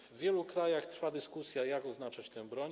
W wielu krajach trwa dyskusja, jak oznaczać broń.